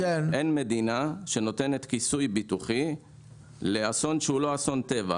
אין מדינה שנותנת כיסוי ביטוחי לאסון שהוא לא אסון טבע.